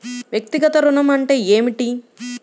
వ్యక్తిగత ఋణం అంటే ఏమిటి?